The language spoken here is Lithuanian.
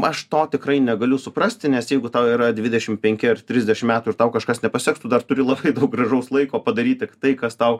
aš to tikrai negaliu suprasti nes jeigu tau yra dvidešimt penki ar trisdešimt metų ir tau kažkas nepasiseks tu dar turi lai daug gražaus laiko padaryt tik tai kas tau